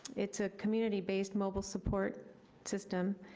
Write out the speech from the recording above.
it's a community-based mobile support system,